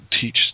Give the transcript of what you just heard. teach